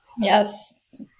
Yes